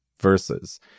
verses